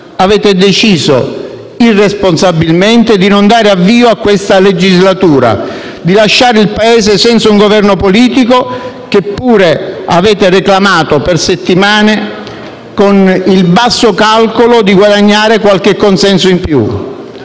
avete deciso, irresponsabilmente, di non dare avvio a questa legislatura e di lasciare il Paese senza un Governo politico, che pure avete reclamato per settimane, con il basso calcolo di guadagnare qualche consenso in più.